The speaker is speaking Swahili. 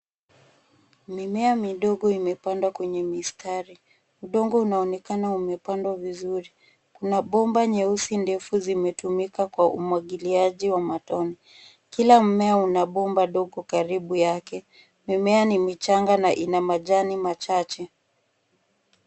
Mimea midogo imepandwa kwenye mistari. Udongo unaonekana umepandwa vizuri. Kuna bomba nyeusi ndefu zimetumika kwa umwagiliaji wa matone. Kila mmea una bomba dogo karibu yake. Mimea ni michanga na ina majani machache.